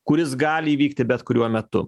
kuris gali įvykti bet kuriuo metu